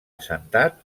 assentat